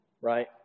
right